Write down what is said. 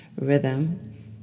rhythm